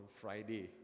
friday